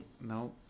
no